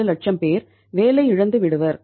47 லட்சம் பேர் வேலை இழந்து விடுவர்